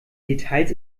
details